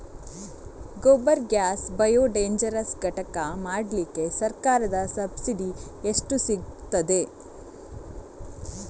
Gobar gas biodigester ಘಟಕ ಮಾಡ್ಲಿಕ್ಕೆ ಸರ್ಕಾರದ ಸಬ್ಸಿಡಿ ಎಷ್ಟು ಸಿಕ್ತಾದೆ?